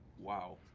wow.